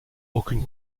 aucune